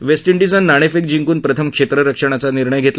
waste इंडिजनं नाणेफेक जिंकून प्रथम क्षेत्ररक्षणाचा निर्णय घेतला